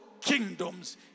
kingdoms